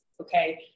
Okay